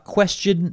Question